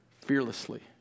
fearlessly